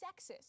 sexist